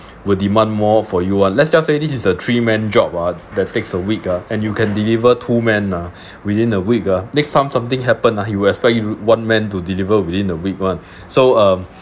will demand more for you [one] let's just say this is the three men job ah that takes a week ah and you can deliver two men ah within the week ah next time something happened ah he will expect you one man to deliver within the week [one] so um